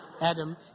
Adam